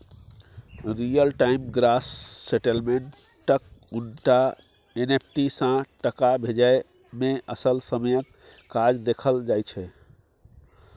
real time gross सेटलमेंटक उनटा NFT सँ टका भेजय मे असल समयक काज देखल जाइ छै